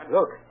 Look